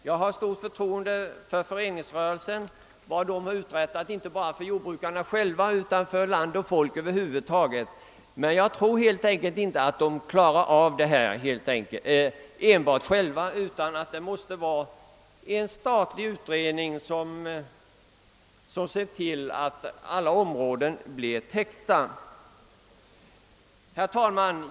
Jag har stort förtroende för föreningsrörelsen efter vad den uträttat inte bara för jordbrukarna själva utan för land och folk över huvud taget. Men jag tror helt enkelt inte att den klarar denna uppgift själv, utan det måste vara en statlig utredning som ser till att alla områden blir täckta. Herr talman!